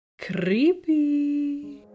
creepy